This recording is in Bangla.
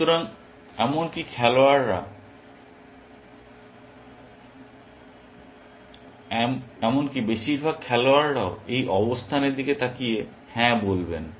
সুতরাং এমনকি খেলোয়াড়রা এমনকি বেশিরভাগ খেলোয়াড়রাও এই অবস্থানের দিকে তাকিয়ে হ্যাঁ বলবেন